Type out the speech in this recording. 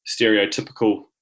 stereotypical